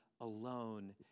Alone